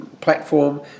platform